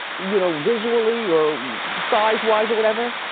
you know, visually or sizewise or whatever,